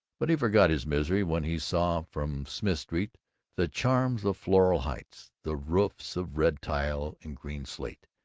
but he forgot his misery when he saw from smith street the charms of floral heights the roofs of red tile and green slate,